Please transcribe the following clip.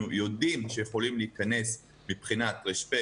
יודעים שיכולים להיכנס מבחינת רישום פלילי,